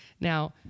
Now